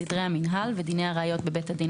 סדרי המינהל ודיני ראיות בבית דין